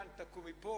כאן תקעו מפה,